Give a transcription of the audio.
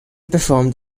performed